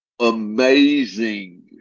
Amazing